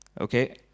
okay